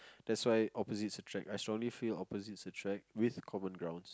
that's why opposite attractions I strongly feel opposite attractions with common ground